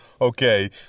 Okay